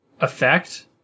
effect